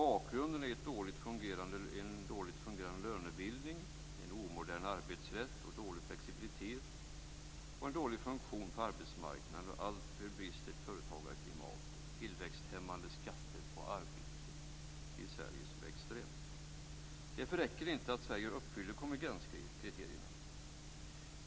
Bakgrunden är en dåligt fungerande lönebildning, en omodern arbetsrätt, dålig flexibilitet och bristande funktion på arbetsmarknaden, ett alltför bistert företagarklimat och tillväxthämmande skatter på arbete. Detta är extremt i Därför räcker det inte att Sverige uppfyller konvergenskriterierna.